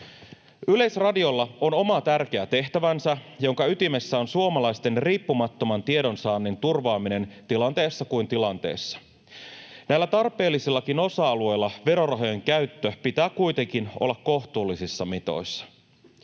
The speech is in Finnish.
Yleisradiolla on oma tärkeä tehtävänsä, jonka ytimessä on suomalaisten riippumattoman tiedonsaannin turvaaminen tilanteessa kuin tilanteessa. Näillä tarpeellisillakin osa-alueilla verorahojen käytön pitää kuitenkin olla kohtuullisissa mitoissa.